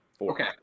Okay